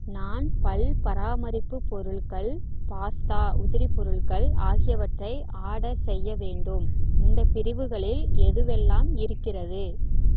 நான் பல் பராமரிப்பு பொருட்கள் பாஸ்தா உதிரி பொருட்கள் ஆகியவற்றை ஆர்டர் செய்ய வேண்டும் இந்த பிரிவுகளில் எதுவெல்லாம் இருக்கிறது